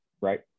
right